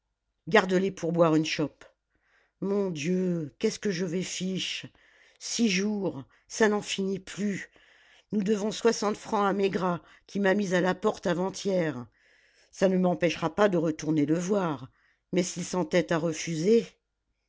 garde-les pour boire une chope mon dieu qu'est-ce que je vais fiche six jours ça n'en finit plus nous devons soixante francs à maigrat qui m'a mise à la porte avant-hier ça ne m'empêchera pas de retourner le voir mais s'il s'entête à refuser